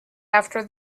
after